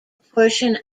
portion